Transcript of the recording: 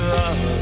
love